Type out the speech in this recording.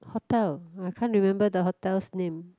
hotel I can't remember the hotel's name